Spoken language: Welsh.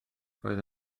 roedd